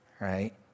right